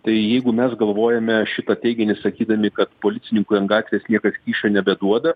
tai jeigu mes galvojome šitą teiginį sakydami kad policininkui ant gatvės niekas kyšo nebeduoda